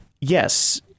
yes